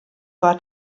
war